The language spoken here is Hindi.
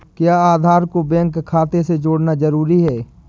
क्या आधार को बैंक खाते से जोड़ना जरूरी है?